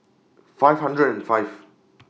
five hundred and five